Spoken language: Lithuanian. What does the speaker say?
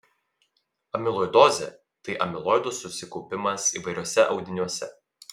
amiloidozė tai amiloido susikaupimas įvairiuose audiniuose